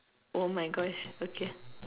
oh my Gosh okay